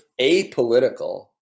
apolitical